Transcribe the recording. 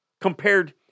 compared